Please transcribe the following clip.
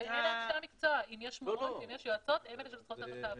אם יש מורות ועושות, הן אלה שעושות את העבודה.